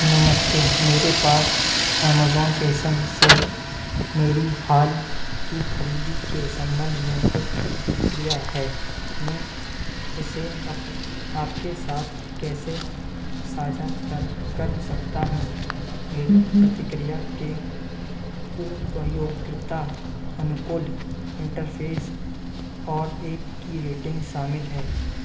नमस्ते मेरे पास एमेज़ोन फैसन से मेरी हाल की ख़रीदी के संबंध में कुछ प्रतिक्रिया है मैं इसे अप आपके साथ कैसे साझा कर कर सकता हूँ मेरी प्रतिक्रिया में उपयोगक्रीता अनुकूल इंटरफेस और एक की रेटिंग सामिल है